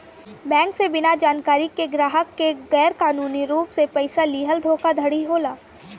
bank से बिना जानकारी के ग्राहक के गैर कानूनी रूप से पइसा लीहल धोखाधड़ी होला